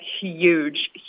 huge